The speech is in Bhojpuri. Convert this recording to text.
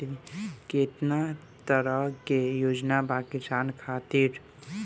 केतना तरह के योजना बा किसान खातिर?